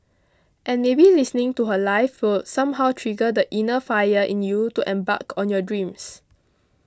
and maybe listening to her live will somehow trigger the inner fire in you to embark on your dreams